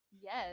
Yes